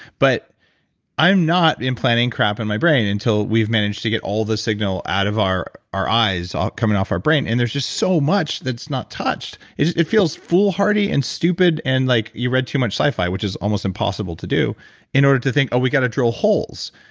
but i am not implanting crap in my brain until we've managed to get all the signal out of our our eyes, coming off our brain and there's just so much that's not touched. it feels foolhardy and stupid, and like you read too much sci-fi, which is almost impossible to do in order to think, oh, we've got to drill holes.